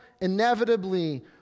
inevitably